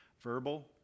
verbal